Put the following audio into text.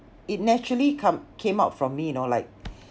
it naturally come came out from me know like